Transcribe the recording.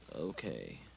okay